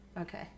Okay